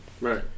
Right